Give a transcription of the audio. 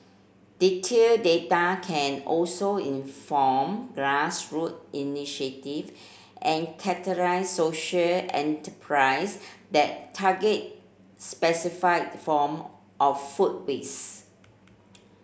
detailed data can also inform grass root initiative and catalyse social enterprises that target specify form of food waste